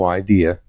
idea